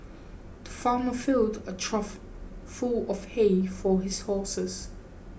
the farmer filled a trough full of hay for his horses